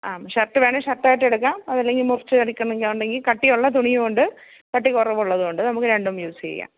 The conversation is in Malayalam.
ആ ഷർട്ട് വേണേ ഷർട്ടായിട്ട് എടുക്കാം അതല്ലെങ്കിൽ മുറിച്ചുവേടിക്കുന്നെങ്കില് ഉണ്ടെങ്കില് കട്ടിയുള്ള തുണിയൂണ്ട് കട്ടി കുറവുള്ളതൂണ്ട് നമുക്ക് രണ്ടും യൂസേയ്യാം